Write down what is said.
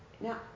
now